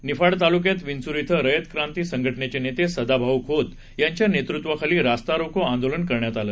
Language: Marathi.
निफाड तालुक्यात विंचुर क्षे रयत क्रांती संघटनेचे नेते सदाभाऊ खोत यांच्या नेतृत्वाखाली रास्ता रोको आंदोलन करण्यात आले